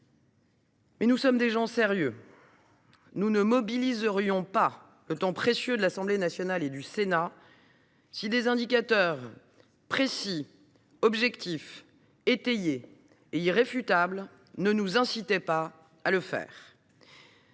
Mais nous sommes des gens sérieux : nous ne mobiliserions pas le temps précieux de l’Assemblée nationale et du Sénat si des indicateurs précis, objectifs, étayés et irréfutables ne nous incitaient pas à le faire.